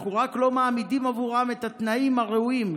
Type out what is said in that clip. אנחנו רק לא מעמידים עבורם את התנאים הראויים,